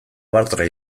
bartra